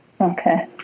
Okay